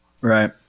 Right